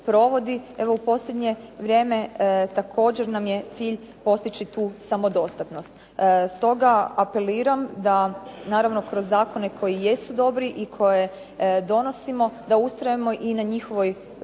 evo u posljednje vrijeme, također nam je cilj postići tu samodostatnost. Stoga apeliram da naravno kroz zakone koji jesu dobri i koje donosimo, da ustrajemo i na njihovoj provedbi,